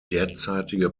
derzeitige